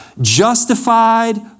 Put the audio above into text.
justified